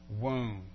wound